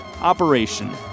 operation